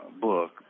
book